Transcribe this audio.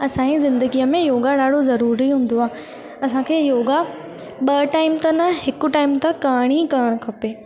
असांजी ज़िंदगीअ में योगा ॾाढो ज़रूरी हूंदो आहे असांखे योगा ॿ टाइम त न हिक टाइम त करणी ई करणु खपे